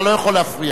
אתה לא יכול להפריע.